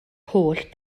holl